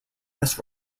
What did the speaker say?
this